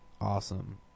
awesome